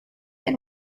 and